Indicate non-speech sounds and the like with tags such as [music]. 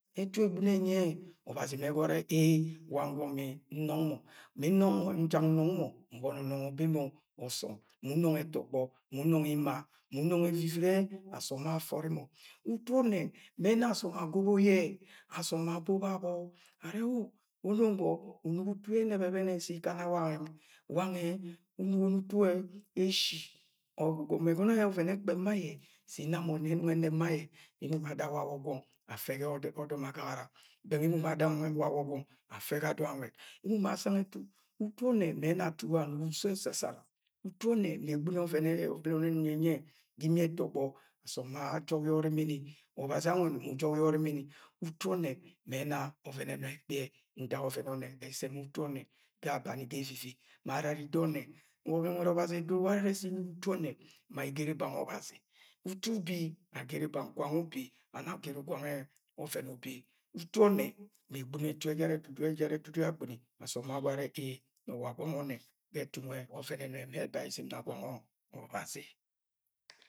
Ẹtu e̱gb̵ino ẹnyi ẹ, Ọbazi mẹ ẹgọnọ e̱re̱ ee! Gwang gwọ mi nnọng mọ, mi nnọng mọ, [unintelligible] ubọni unọng abe mọ ọsọm, mu unọng ẹtọgbọ, mu unọng ima, mu unọng ivivirẹ asom bẹ afọri mọ Utu ọnnẹ mẹ ẹna asọm agobo yẹ. Asom ma abo babọ arẹ ol wẹ anurom gwọ unungo utu yẹ ẹnẹb e̱be̱nẹ sẹ ikana wangẹ. Wangẹ unugoni utu ẹ eshi. Egọbẹ ẹgọnọ yẹ ọvẹn ekpe̱m ma ayẹ, sẹ inna mọ nẹ ẹnọng ẹnẹb ma ayẹ. Emo ma ada wa wọ gwọng ga ọdọm agagara bẹng emo ma ada wawọ gwọng afẹ ga dọng anwẹd. Emo ma asang ẹtu, utu ọnnẹ mẹ ẹnạ yẹ anugo utu ẹsasara. Utu ọnnẹ mẹ egb̵ino ọvẹn ọnnẹ ẹnyi ẹ Ga imi ẹtogbọ, asọm ma ajọk yẹ ọrimini. Ma Ọbazi anwẹni mu ujọk yẹ ọrimini. Utu ọnnẹ mẹ ẹna ọvẹn ekpi ẹ ntak ọvẹn ọnnẹ ẹsẹ ga utu ọnnẹ. Ga abani, ga evivi, ma arari ìda onnẹ Ma nwe̠d Ọbazi edoro warẹ sẹ inugo utu onnẹ ma igere bang Ọbazi. Utu ubi agere bang, gwang ubi and ma agere gwang ẹ ọvẹn ubi. Utu ọnnẹ me egb̵ino ẹtu ẹdudu ejara ẹdudu yẹ agb̵ini. Asọm ma agono arẹ ee! Nọ wa gwang ọnnẹ. Ga ẹfu nwe, ọvẹn mẹ ẹrẹ ẹba yẹ iz̵im na gwang Ọbazi.